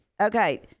Okay